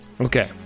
Okay